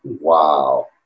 Wow